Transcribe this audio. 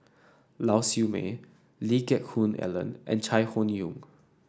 Lau Siew Mei Lee Geck Hoon Ellen and Chai Hon Yoong